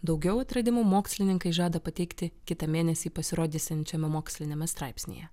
daugiau atradimų mokslininkai žada pateikti kitą mėnesį pasirodysiančiame moksliniame straipsnyje